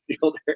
fielder